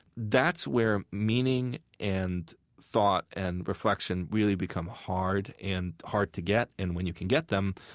that's where meaning and thought and reflection really become hard and hard to get, and when you can get them,